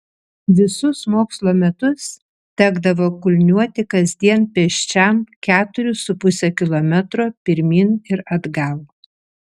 visus mokslo metus tekdavo kulniuoti kasdien pėsčiam keturis su puse kilometro pirmyn ir atgal